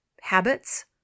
habits